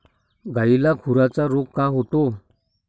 गायीला खुराचा रोग का होतो?